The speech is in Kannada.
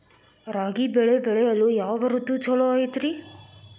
ರಾಗಿ ಬೆಳೆ ಬೆಳೆಯಲು ಯಾವ ಋತು ಛಲೋ ಐತ್ರಿ?